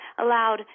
allowed